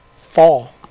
fall